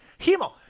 Hemo